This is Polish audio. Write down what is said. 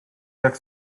jak